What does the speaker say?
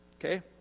Okay